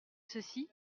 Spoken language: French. ceci